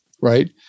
Right